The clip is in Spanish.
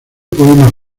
poemas